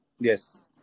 yes